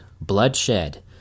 bloodshed